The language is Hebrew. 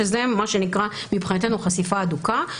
שזה מה שנקרא מבחינתנו "חשיפה הדוקה",